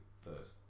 first